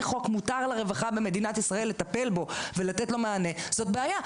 החוק מותר לרווחה במדינת ישראל לטפל בו ולתת לו מענה זו בעיה.